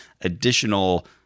additional